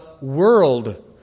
world